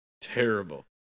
Terrible